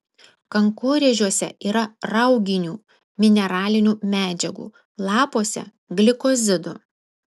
kankorėžiuose yra rauginių mineralinių medžiagų lapuose glikozidų